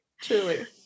Truly